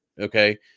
okay